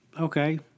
Okay